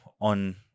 on